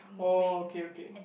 oh okay okay